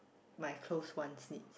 my close ones need